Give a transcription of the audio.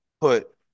put